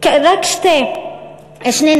רק שני נתונים.